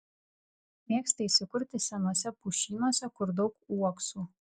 mėgsta įsikurti senuose pušynuose kur daug uoksų